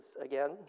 again